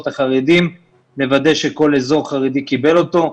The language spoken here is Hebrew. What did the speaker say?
החרדים לוודא שכל אזור חרדי קיבל אותו.